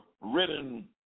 written